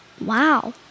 Wow